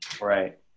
Right